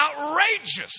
outrageous